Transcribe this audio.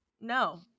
no